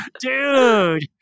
Dude